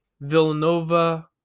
Villanova